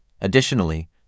Additionally